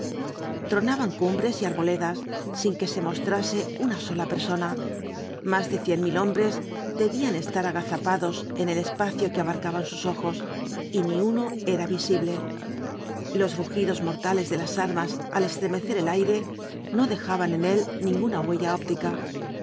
tronaban cumbres y arboledas sin que se mostrase una sola persona más de cien mil hombres debían estar agazapados en el espacio que abarcaban sus ojos y ni uno era visible los rugidos mortales de las armas al estremecer el aire no dejaban en él ninguna huella óptica